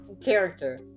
character